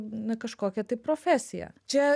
na kažkokią tai profesiją čia